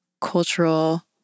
cultural